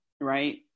Right